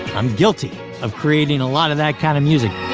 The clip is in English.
i'm guilty of creating a lot of that kind of music,